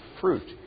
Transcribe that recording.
fruit